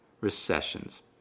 recessions